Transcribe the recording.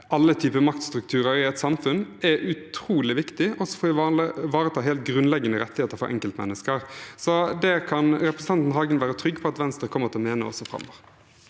alle typer maktstrukturer i et samfunn er utrolig viktig, også for å ivareta helt grunnleggende rettigheter for enkeltmennesker. Det kan representanten Hagen være trygg på at Venstre kommer til å mene også framover.